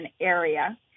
area